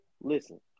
listen